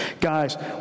Guys